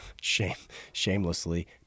shamelessly